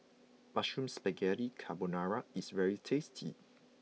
Mushroom Spaghetti Carbonara is very tasty